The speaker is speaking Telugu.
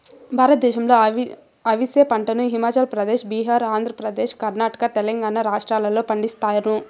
భారతదేశంలో అవిసె పంటను హిమాచల్ ప్రదేశ్, బీహార్, ఆంధ్రప్రదేశ్, కర్ణాటక, తెలంగాణ రాష్ట్రాలలో పండిస్తారు